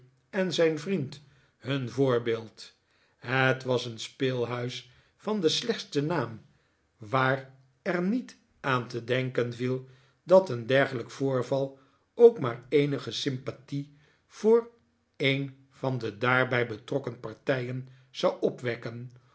en zijn vriend hun voorbeeld het was een speelhuis van den slechtsten naam waar er niet aan te denken viel dat een dergelijk voorval ook maar eenlge sympathie voor een van de daarbij betrokken partijen zou opwekken